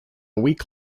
week